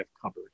covered